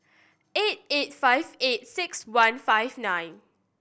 eight eight five eight six one five nine